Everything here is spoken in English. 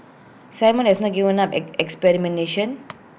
simon has not given up on experimentation